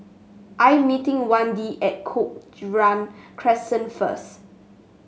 I'm meeting Wende at Cochrane Crescent first